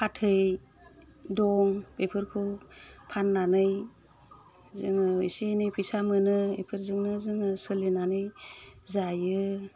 फाथै दं इफोरखौ फाननानै जोङो एसे एनै फैसा मोनो एफोरजोंनो जोङो सोलिनानै जायो